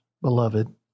beloved